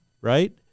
right